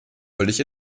völlig